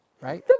Right